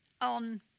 on